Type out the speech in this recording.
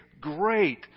great